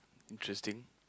interesting